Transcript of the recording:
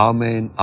Amen